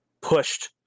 pushed